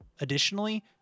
Additionally